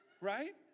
Right